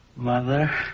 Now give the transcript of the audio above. Mother